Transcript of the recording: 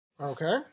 Okay